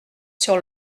sur